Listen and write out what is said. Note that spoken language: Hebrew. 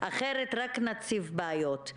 אחרת רק נציף בעיות.